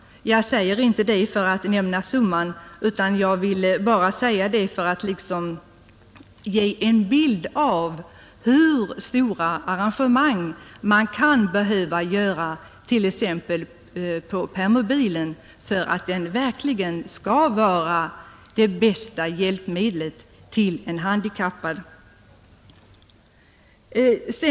Jag säger inte det för att nämna summan utan för att det ger en bild av hur stora arrangemang som kan behöva göras på t.ex. permobilen för att den verkligen skall vara det bästa hjälpmedlet för en handikappad.